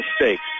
mistakes